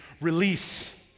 release